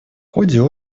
ходе